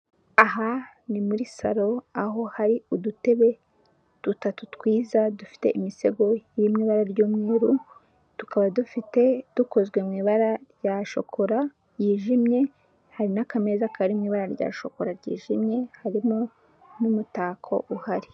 Aha ni muri salo aho hari udutebe dutatu twiza dufite imisego iri mu ibara ry'umweru, tukaba dufite dukozwe mu ibara rya shokora ryijimye hari n'akameza kari mu ibara rya shokora ryijimye hari n'umutako uhari.